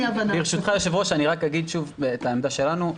ברשותך היושב ראש, אני אומר שוב את העמדה שלנו.